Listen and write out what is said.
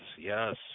yes